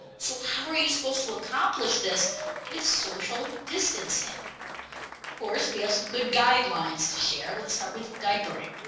so how are you supposed to accomplish this with social distancing? of course we have some good guidelines to share let's start with diapering.